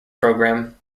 program